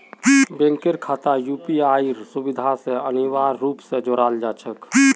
बैंकेर खाताक यूपीआईर सुविधा स अनिवार्य रूप स जोडाल जा छेक